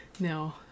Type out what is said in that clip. no